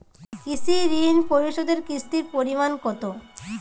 কৃষি ঋণ পরিশোধের কিস্তির পরিমাণ কতো?